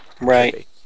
Right